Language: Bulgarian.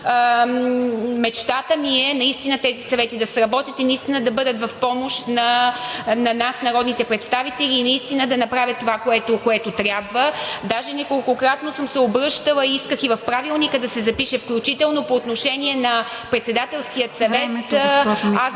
Мечтата ми е наистина тези съвети да сработят и да бъдат в помощ на нас, народните представители, и да направят това, което трябва. Даже неколкократно съм се обръщала, исках и в Правилника да се запише включително по отношение на Председателския съвет…